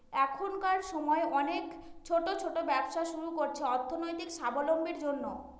এখনকার সময় অনেকে ছোট ছোট ব্যবসা শুরু করছে অর্থনৈতিক সাবলম্বীর জন্য